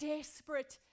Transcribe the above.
Desperate